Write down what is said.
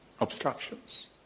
Obstructions